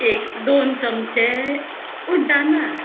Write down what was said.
एक दोन चमचे उड्डां दाळ